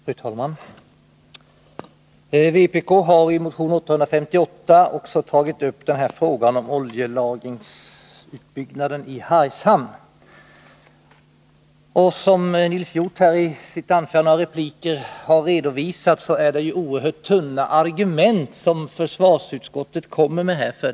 Fru talman! Vpk har i motion 858 också tagit upp frågan om en oljelagringsanläggning i Hargshamn. Som Nils Hjorth har redovisat, anför försvarsutskottet oerhört tunna argument för avslag på motionerna.